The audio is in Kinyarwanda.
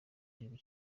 gihugu